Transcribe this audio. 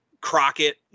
Crockett